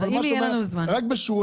אני מתחבר